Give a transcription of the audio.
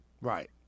Right